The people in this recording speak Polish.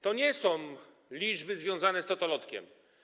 To nie są liczby związane z totolotkiem.